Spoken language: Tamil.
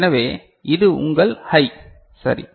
எனவே இது உங்கள் ஹை சரி